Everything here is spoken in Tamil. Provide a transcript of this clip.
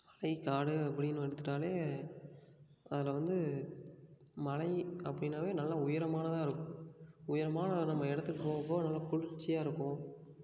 மலை காடு அப்படின்னு எடுத்துட்டாலே அதில் வந்து மலை அப்டினாலே நல்லா உயரமானதாக இருக்கும் உயரமாக நம்ம இடத்துக்கு போக போக நல்லா குளிர்ச்சியாக இருக்கும்